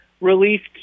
released